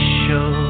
show